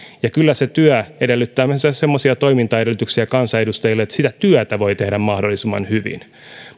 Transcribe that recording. ja kyllä se työ edellyttää myös semmoisia toimintaedellytyksiä kansanedustajille että sitä työtä voi tehdä mahdollisimman hyvin